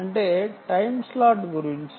అంటే time slot గురించి